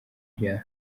byaha